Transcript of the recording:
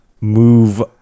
move